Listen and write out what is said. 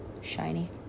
shiny